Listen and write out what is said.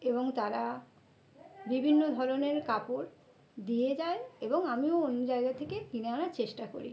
এবং তারা বিভিন্ন ধরনের কাপড় দিয়ে যায় এবং আমিও অন্য জায়গা থেকে কিনে আনার চেষ্টা করি